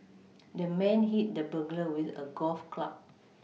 the man hit the burglar with a golf club